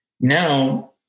Now